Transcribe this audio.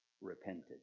repented